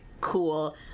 cool